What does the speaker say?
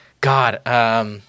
God